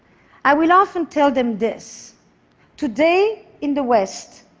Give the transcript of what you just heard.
i will often tell them this today in the west,